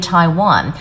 Taiwan